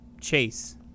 Chase